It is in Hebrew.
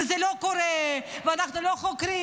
זה לא קורה ואנחנו לא חוקרים.